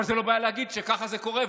אבל זו לא בעיה להגיד שככה זה קורה.